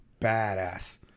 Badass